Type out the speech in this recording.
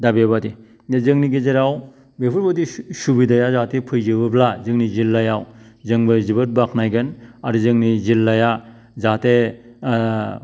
दा बेबादि जोंनि दा गेजेराव बेफोरबायदि सुबिदाया जाहाथे फैजोबोब्ला जोंनि जिल्लायाव जोंबो जोबोद बाखनायगोन आरो जोंनि जिल्लाया जाहाथे